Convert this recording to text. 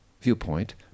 Viewpoint